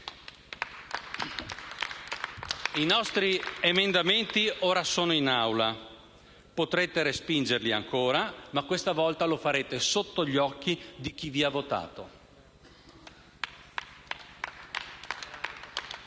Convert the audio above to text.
I nostri emendamenti ora sono in Aula. Potrete respingerli ancora, ma questa volta lo farete sotto gli occhi di chi vi ha votato.